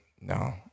No